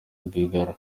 rwigara